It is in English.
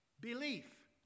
belief